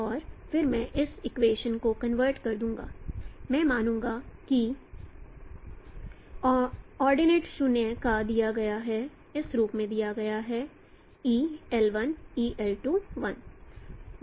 और फिर मैं इस इक्वेशन को कन्वर्ट कर दूंगा मैं मानूंगा कि ऑर्डिनेट शून्य का दिया गया है इस रूप में दिया गया है eL1 eL2 1